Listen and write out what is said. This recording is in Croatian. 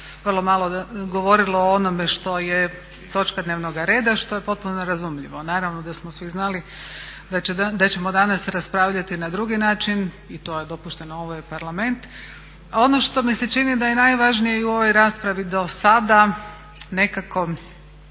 vrlo malo govorilo o onome što je točka dnevnoga reda što je potpuno razumljivo. Naravno da smo svi znali da ćemo danas raspravljati na drugi način i to je dopušteno, ovo je Parlament. Ono što mi se čini da je najvažnije i u ovoj raspravi do sada nekako